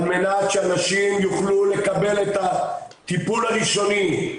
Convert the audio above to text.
על מנת שאנשים יוכלו לקבל את הטיפול הראשוני,